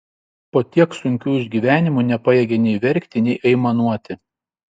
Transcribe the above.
po tiek sunkių išgyvenimų nepajėgė nei verkti nei aimanuoti